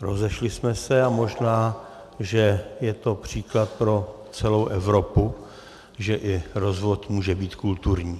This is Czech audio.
Rozešli jsme se a možná, že je to příklad pro celou Evropu, že i rozvod může být kulturní.